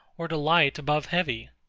or to light above heavy.